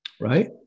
right